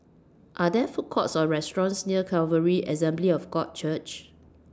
Are There Food Courts Or restaurants near Calvary Assembly of God Church